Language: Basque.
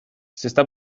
zesta